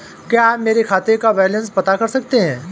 क्या आप मेरे खाते का बैलेंस बता सकते हैं?